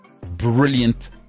Brilliant